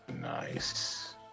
Nice